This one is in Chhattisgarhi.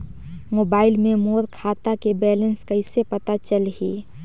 मोबाइल मे मोर खाता के बैलेंस कइसे पता चलही?